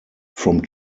from